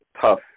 tough